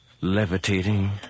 levitating